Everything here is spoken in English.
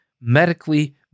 medically